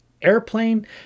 airplane